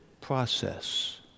process